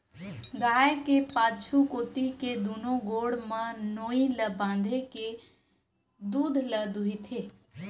गाय के पाछू कोती के दूनो गोड़ म नोई ल बांधे के दूद ल दूहूथे